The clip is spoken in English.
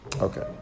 Okay